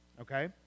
Okay